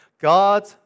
God